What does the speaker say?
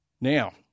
Now